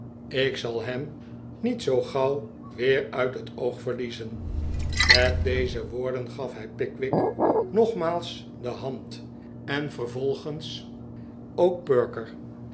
ik zal hem niet zoo gauw weer uit het oog verliezen met deze woorden gaf hij pickwick nogmaals de hand en vervolgens ook perker